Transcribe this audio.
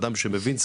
אדם שמבין ספורט,